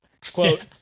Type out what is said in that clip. quote